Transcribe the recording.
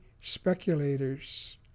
speculators